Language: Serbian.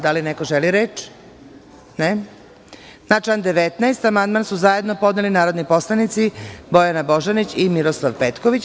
Da li neko želi reč? (Ne) Na član 19. amandman su zajedno podneli narodni poslanici Bojana Božanić i Miroslav Petković.